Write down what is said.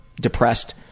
depressed